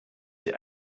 sie